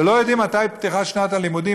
כשלא יודעים מתי פתיחת שנת הלימודים,